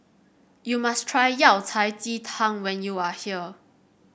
you must try Yao Cai Ji Tang when you are here